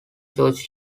george